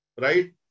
right